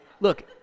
look